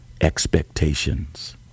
expectations